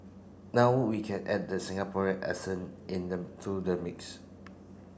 now we can add the Singaporean accent in them to the mix